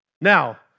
Now